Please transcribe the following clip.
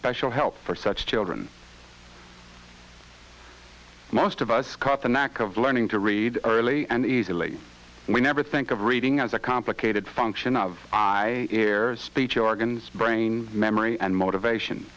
special help for such children most of us caught the knack of learning to read early and easily we never think of reading as a complicated function of i care speech organs brain memory and motivation